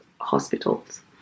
hospitals